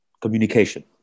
communication